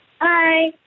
Hi